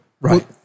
right